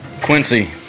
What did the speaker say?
Quincy